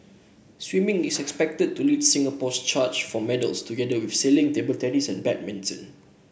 swimming is expected to lead Singapore's charge for medals together with sailing table tennis and badminton